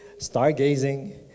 stargazing